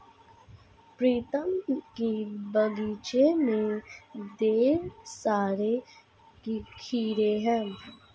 प्रीतम के बगीचे में ढेर सारे खीरे हैं